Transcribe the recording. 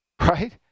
Right